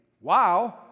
Wow